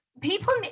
People